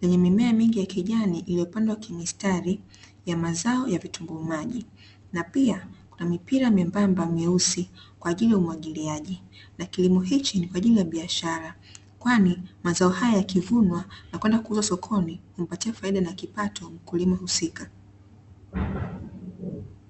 lenye miemea mingi ya kijani iliyopandwa kimistari, ya mazao ya vitunguu maji, na pia kuna mipira membamba meusi kwa ajili ya umwagiliaji. Na kilimo hiki ni kwa ajili ya biashara kwani mazao haya yakivunwa na kwenda kuuzwa sokoni, humpatia faida na kipato mkulima husika.